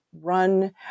run